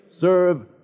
serve